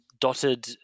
dotted